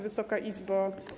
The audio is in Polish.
Wysoka Izbo!